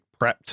prepped